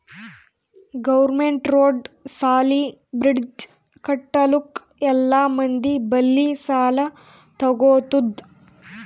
government road, ಸಾಲಿ, bridge ಕಟ್ಟಲುಕ್ ಎಲ್ಲಾ ಮಂದಿ ಬಲ್ಲಿ ಸಾಲಾ ತಗೊತ್ತುದ್